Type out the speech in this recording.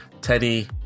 Teddy